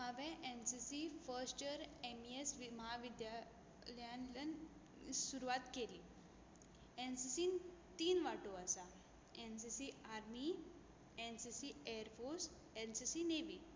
हांवें NCC first year MES वि म्हाविद्याल्यांनल्यान सुरवात केली एनसीसीन तीन वाटो आसा NCC army NCC air force NCC नेवी